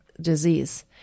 disease